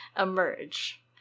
emerge